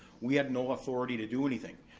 we had no authority to do anything.